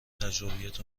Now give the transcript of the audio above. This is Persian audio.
تجربیات